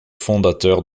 fondateur